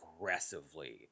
aggressively